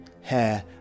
hair